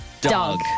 Dog